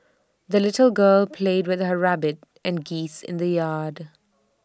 the little girl played with her rabbit and geese in the yard